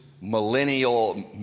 millennial